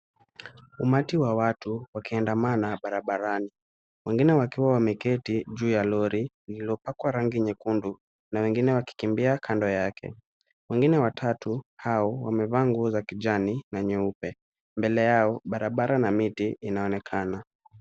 Umati wa watu wakiandamana barabarani, wengine wakiwa wameketi juu ya lori lililopakwa rangi nyekundu na wengine wakikimbia kando yake. Wengine watatu hao wamevaa nguo za kijani na nyeupe. Mbele yao barabara na miti inaonekana.